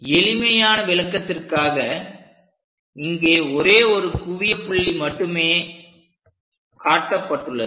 எளிமையான விளக்கத்திற்காக இங்கே ஒரே ஒரு குவியப்புள்ளி மட்டுமே காட்டப்பட்டுள்ளது